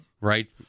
right